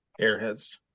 Airheads